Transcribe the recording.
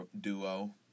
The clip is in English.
duo